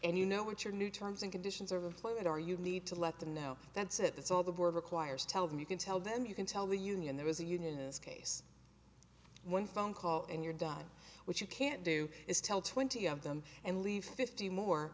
and you know what your new terms and conditions of employment are you need to let them know that's it that's all the work requires tell them you can tell them you can tell the union there was a union this case one phone call and you're done which you can't do is tell twenty of them and leave fifty more